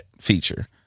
feature